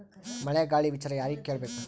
ಮಳೆ ಗಾಳಿ ವಿಚಾರ ಯಾರಿಗೆ ಕೇಳ್ ಬೇಕು?